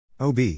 OB